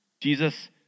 Jesus